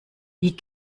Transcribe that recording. wie